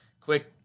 quick